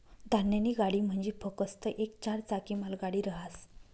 धान्यनी गाडी म्हंजी फकस्त येक चार चाकी मालगाडी रहास